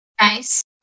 Nice